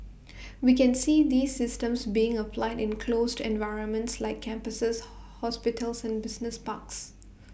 we can see these systems being applied in closed environments like campuses hospitals and business parks